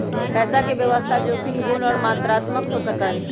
पैसा के व्यवस्था जोखिम गुण और मात्रात्मक हो सका हई